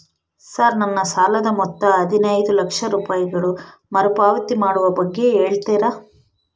Sir ನನ್ನ ಸಾಲದ ಮೊತ್ತ ಹದಿನೈದು ಲಕ್ಷ ರೂಪಾಯಿಗಳು ಮರುಪಾವತಿ ಮಾಡುವ ಬಗ್ಗೆ ಹೇಳ್ತೇರಾ?